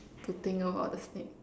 to think about the snake